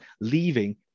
leaving